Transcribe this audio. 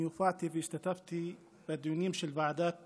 אני הופעתי והשתתפתי בדיונים של ועדת החינוך,